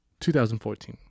2014